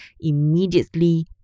immediately